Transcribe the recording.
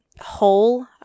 whole